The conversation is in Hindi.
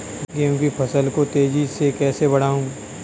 गेहूँ की फसल को तेजी से कैसे बढ़ाऊँ?